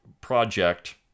project